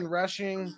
rushing